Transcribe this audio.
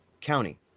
county